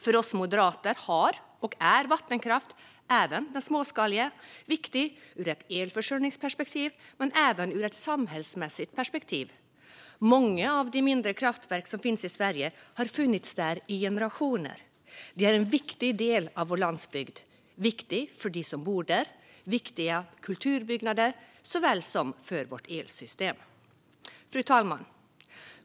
För oss moderater är vattenkraft, även den småskaliga, viktig ur ett elförsörjningsperspektiv men även ur ett samhällsperspektiv. Många av de mindre kraftverk som finns i Sverige har funnits i generationer. De är en viktig del av vår landsbygd. De är viktiga för dem som bor där. De är viktiga kulturbyggnader, men de är också viktiga för vårt elsystem. Fru talman!